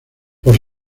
por